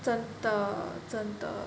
真的真的